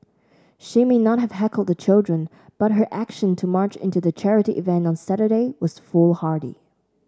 she may not have heckled the children but her action to march into the charity event on Saturday was foolhardy